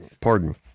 pardon